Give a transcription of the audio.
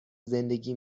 زندگی